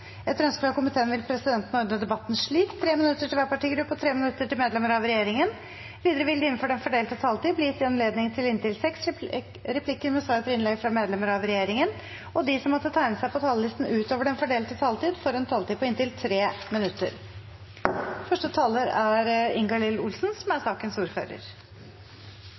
Etter ønske fra transport- og kommunikasjonskomiteen vil presidenten ordne debatten slik: 3 minutter til hver partigruppe og 3 minutter til medlemmer av regjeringen. Videre vil det – innenfor den fordelte taletid – bli gitt anledning til inntil seks replikker med svar etter innlegg fra medlemmer av regjeringen, og de som måtte tegne seg på talerlisten utover den fordelte taletid, får også en taletid på inntil 3 minutter. Det er